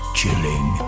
chilling